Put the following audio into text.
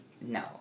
No